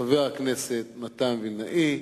חבר הכנסת מתן וילנאי.